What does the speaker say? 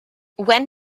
when